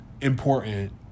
important